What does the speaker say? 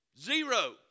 Zero